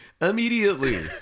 Immediately